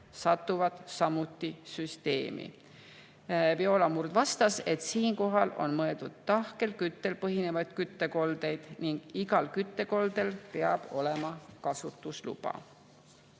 satuvad samuti süsteemi. Viola Murd vastas, et siinkohal on mõeldud tahkel küttel põhinevaid küttekoldeid ning igal küttekoldel peab olema kasutusluba.